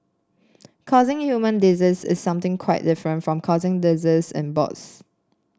causing human disease is something quite different from causing disease in boss